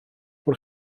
bod